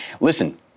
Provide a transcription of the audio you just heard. listen